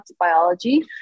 biology